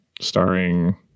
starring